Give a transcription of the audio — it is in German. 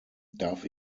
darf